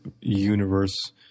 universe